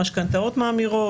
משכנתאות מאמירות,